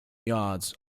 yards